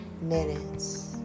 minutes